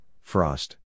frost